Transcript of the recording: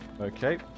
Okay